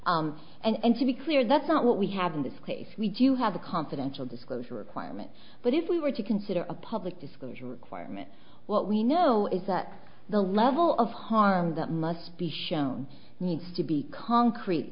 requirements and to be clear that's not what we have in this case we do have a confidential disclosure requirements but if we were to consider a public disclosure requirement what we know is that the level of harm that must be shown needs to be concrete